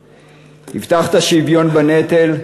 3. הבטחת שוויון בנטל,